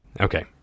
Okay